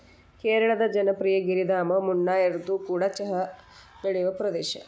ಕೇರಳದ ಜನಪ್ರಿಯ ಗಿರಿಧಾಮ ಮುನ್ನಾರ್ಇದು ಕೂಡ ಚಹಾ ಬೆಳೆಯುವ ಪ್ರದೇಶ